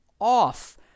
Off